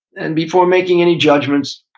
and before making any judgments,